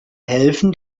helfen